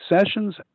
Sessions